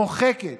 מוחקת